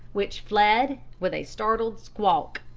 which fled with a startled squawk.